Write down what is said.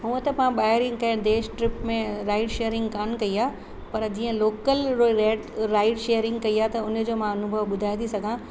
हूअं त पाण ॿाहिरि ई कंहिं देश ट्रिप में राइड शेयरिंग कोन कई आहे पर जीअं लोकल रो रेट राइड शेयरिंग कई आहे त उन जो मां अनुभव ॿुधाए थी सघां